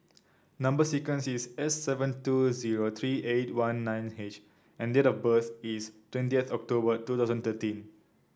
number sequence is S seven two zero three eight one nine H and date of birth is twentieth October two thousand thirteen